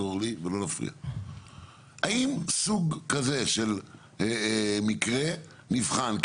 האם סוג כזה של מקרה נבחן?